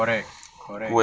correct correct